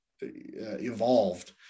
evolved